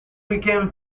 became